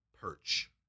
perch